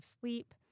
sleep